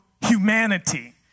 humanity